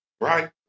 right